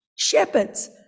Shepherds